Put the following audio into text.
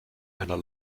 einer